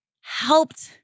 helped